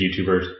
YouTubers